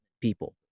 people